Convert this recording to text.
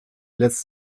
lässt